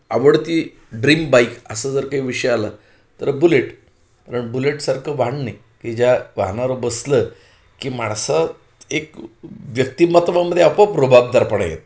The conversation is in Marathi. आवडती ड्रीम बाईक असं जर काही विषय आला तर बुलेट कारण बुलेटसारखं वाहन नाही की ज्या वाहनावर बसलं की माणसात एक व्यक्तिमत्वामध्ये आपोआप रुबाबदारपणा येतो